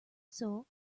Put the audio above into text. sol